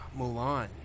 Mulan